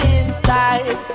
inside